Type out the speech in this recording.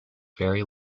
very